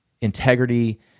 integrity